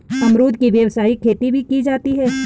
अमरुद की व्यावसायिक खेती भी की जाती है